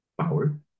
power